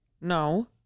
No